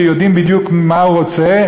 שיודעים בדיוק מה הוא רוצה,